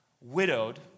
widowed